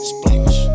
Splash